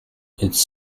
its